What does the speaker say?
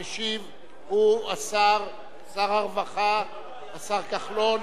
המשיב הוא שר הרווחה, השר כחלון.